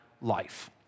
life